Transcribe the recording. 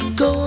go